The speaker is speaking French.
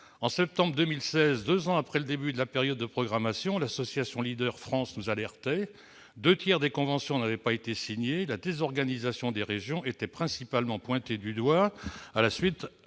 de septembre 2016, deux ans après le début de la période de programmation, l'association Leader France nous alertait. Deux tiers des conventions n'avaient pas été signés. La désorganisation des régions était principalement pointée du doigt